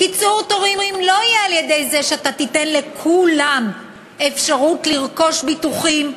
קיצור תורים לא יהיה על-ידי זה שתיתן לכולם אפשרות לרכוש ביטוחים,